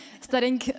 studying